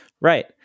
Right